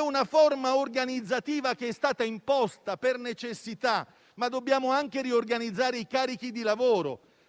una forma organizzativa imposta per necessità, ma dobbiamo anche riorganizzare i carichi di lavoro